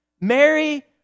Mary